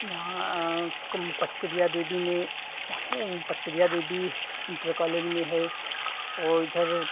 यहाँ कम पचकरिया देवी में पचकरिया देवी इन्टर कॉलेज में है ओ इधर